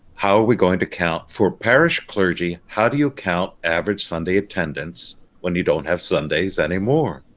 how are we going to count. for parish clergy, how do you count average sunday attendance when you don't have sunday's anymore,